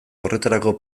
horretarako